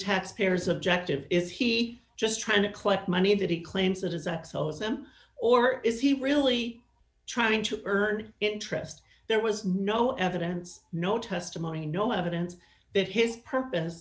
taxpayers objective is he just trying to collect money that he claims it is that sells them or is he really trying to earn interest there was no evidence no testimony no evidence that his purpose